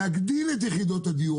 להגדיל את מספר יחידות הדיור.